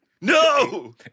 No